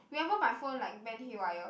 remember my phone like went haywire